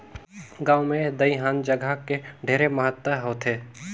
गांव मे दइहान जघा के ढेरे महत्ता होथे